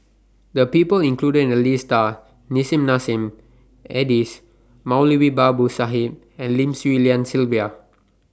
The People included in The list Are Nissim Nassim Adis Moulavi Babu Sahib and Lim Swee Lian Sylvia